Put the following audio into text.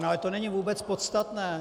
Ale to není vůbec podstatné.